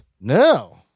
No